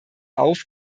auf